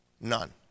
None